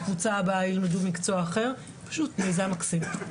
זה פשוט מיזם מקסים,